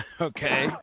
Okay